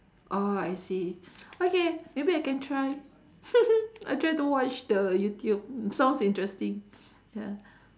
oh I see okay maybe I can try I try to watch the youtube sounds interesting ya